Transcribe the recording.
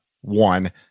one